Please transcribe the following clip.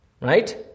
right